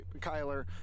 Kyler